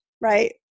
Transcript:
right